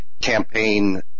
campaign